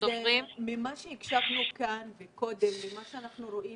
הקשבנו לדברים קודם ואנחנו רואים